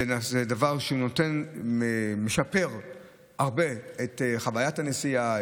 זה דבר שמשפר בהרבה את חוויית הנסיעה,